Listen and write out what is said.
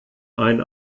ein